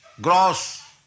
gross